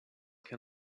can